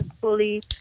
fully